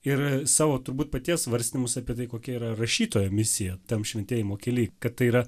ir savo turbūt paties svarstymus apie tai kokia yra rašytojo misija tam šventėjimo kely kad tai yra